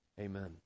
Amen